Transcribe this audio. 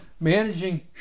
Managing